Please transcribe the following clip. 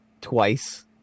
twice